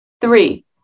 Three